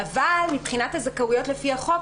אבל מבחינת הזכאויות לפי החוק,